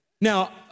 Now